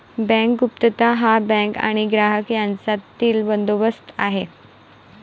bank गुप्तता हा bank आणि ग्राहक यांच्यातील बंदोबस्त आहे